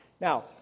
Now